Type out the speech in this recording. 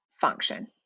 function